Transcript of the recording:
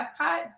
Epcot